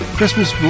Christmas